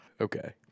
Okay